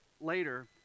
later